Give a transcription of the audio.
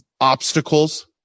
obstacles